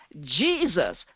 Jesus